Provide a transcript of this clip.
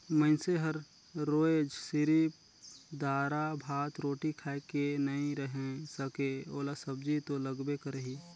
मइनसे हर रोयज सिरिफ दारा, भात, रोटी खाए के नइ रहें सके ओला सब्जी तो लगबे करही